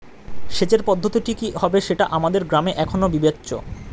সেচের পদ্ধতিটি কি হবে সেটা আমাদের গ্রামে এখনো বিবেচ্য